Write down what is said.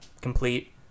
complete